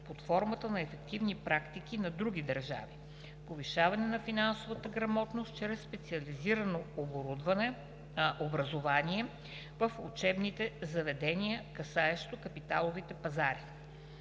под формата на ефективни практики на други държави; повишаване на финансовата грамотност чрез специализирано образование в учебните заведения, касаещо капиталовите пазари.